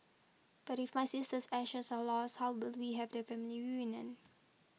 but if my sister's ashes are lost how will we have a family reunion